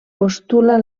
postula